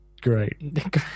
great